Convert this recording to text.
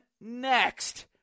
next